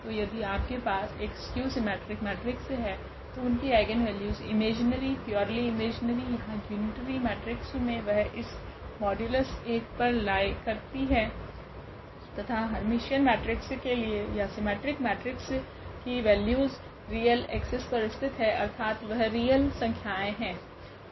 तो यदि आपके पास एक स्क्यू सीमेट्रिक मेट्रिक्स है तो उनकी आइगनवेल्यूस इमेजीनरी प्यूरली इमेजीनरी यहाँ यूनिटरी मेट्रिक्स मे वह इस मॉड्यूलस 1 पर लाई करता है तथा हेर्मिटीयन मेट्रिक्स के लिए या सीमेट्रिक मेट्रिक्स की वैल्यूस रियल एक्सिस पर स्थित है अर्थात वह रियल संख्याएँ है